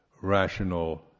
rational